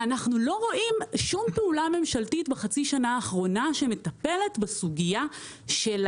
אנחנו לא רואים שום פעולה ממשלתית בחצי שנה האחרונה שמטפלת בסוגייה של